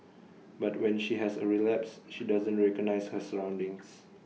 but when she has A relapse she doesn't recognise her surroundings